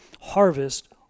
harvest